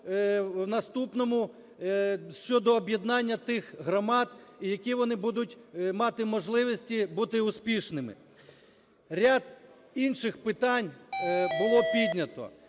в наступному щодо об'єднання тих громад, які вони будуть мати можливості бути успішними. Ряд інших питань було піднято.